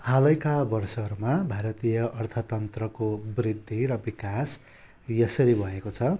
हालैका वर्षहरूमा भारतीय अर्थतन्त्रको वृद्धि र विकास यसरी भएको छ